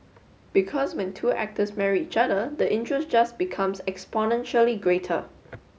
because when two actors marry each other the interest just becomes exponentially greater